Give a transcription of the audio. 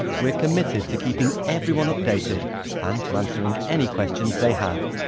we're committed to keeping everyone updated and to answering any questions they have